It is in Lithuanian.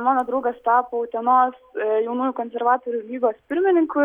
mano draugas tapo utenos jaunųjų konservatorių lygos pirmininku